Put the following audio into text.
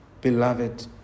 beloved